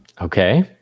Okay